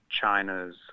China's